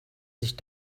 sich